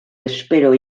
espero